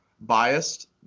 biased